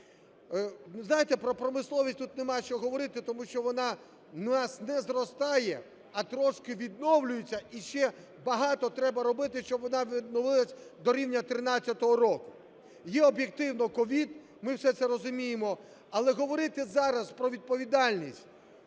знаєте, про промисловість тут немає чого говорити, тому що вона у нас не зростає, а трошки відновлюється, і ще багато треба робити, щоб вона відновилась до рівня 13-го року. Є об'єктивно COVID, ми все це розуміємо, але говорити зараз про відповідальність